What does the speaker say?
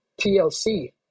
TLC